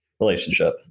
relationship